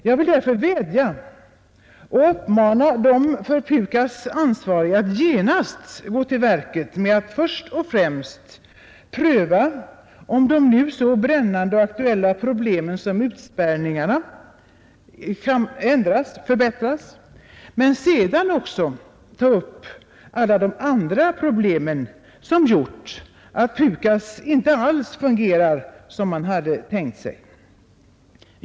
Jag vill därför vädja till de för PUKAS ansvariga att genast gå till verket med att först och främst ompröva reglerna för de nu så brännande och aktuella utspärrningarna, men sedan också ta upp alla de andra problem som gjort att PUKAS inte alls fungerar så som man hade tänkt sig.